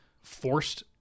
forced